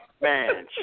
man